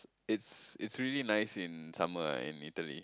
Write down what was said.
it's it's really nice in summer in Italy